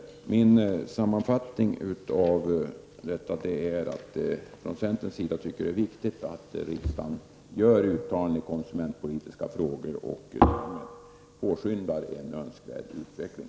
Min sammanfattning av resonemanget är att vi i centern tycker att det är viktigt att riksdagen gör uttalanden i konsumentpolitiska frågor och därmed påskyndar en önskvärd utveckling.